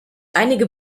einige